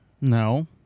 no